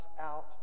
out